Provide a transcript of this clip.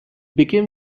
became